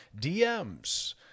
dms